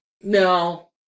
no